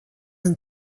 and